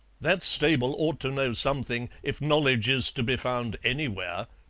that stable ought to know something, if knowledge is to be found anywhere,